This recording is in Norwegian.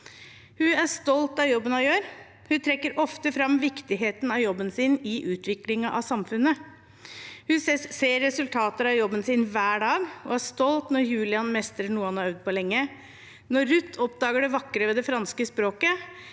Hun er stolt av jobben hun gjør. Hun trekker ofte fram viktigheten av jobben sin i utviklingen av samfunnet. Hun ser resultater av jobben sin hver dag og er stolt når Julian mestrer noe han har øvd på lenge, når Ruth oppdager det vakre ved det franske språket,